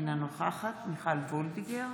אינה נוכחת מיכל וולדיגר,